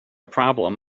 problem